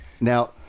Now